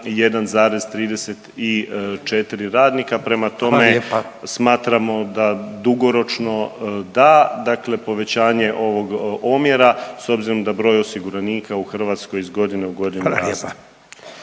Hvala lijepa./… smatramo da dugoročno da, dakle povećanje ovog mjera s obzirom da broj osiguranika u Hrvatskoj iz godine u godinu raste.